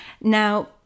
Now